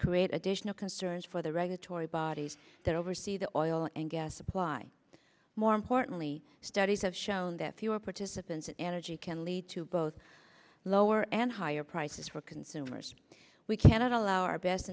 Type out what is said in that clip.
create additional concerns for the regulatory bodies that oversee the oil and gas supply and more importantly studies have shown that fewer participants and as you can lead to both lower and higher prices for consumers we cannot allow our best